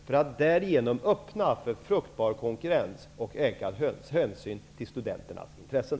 Därigenom kan man öppna för fruktbar konkurrens och ökad hänsyn till studenternas intressen.